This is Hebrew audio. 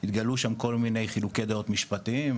התגלו שם כל מיני חילוקי דעות משפטיים,